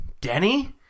Denny